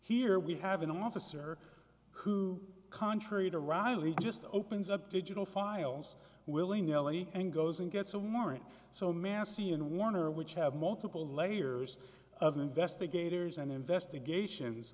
here we have an officer who contrary to reilly just opens up digital files willing ellie and goes and gets a warrant so massy and warner which have multiple layers of investigators and investigations